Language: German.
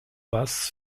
bass